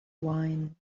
wine